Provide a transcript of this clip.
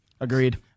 Agreed